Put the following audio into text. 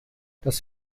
das